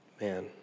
man